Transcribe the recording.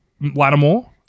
Lattimore